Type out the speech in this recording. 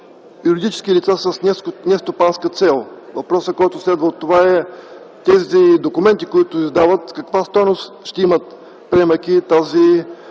юридически лица с нестопанска цел. Въпросът, който следва от това, е тези документи, които издават, каква стойност ще имат, приемайки тази